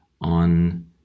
on